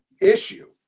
issue